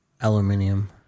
aluminium